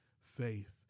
faith